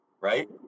Right